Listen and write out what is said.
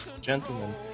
Gentlemen